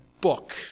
book